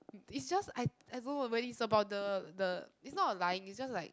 it's just I I don't know when it's about the the it's not about lying it's just like